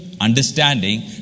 understanding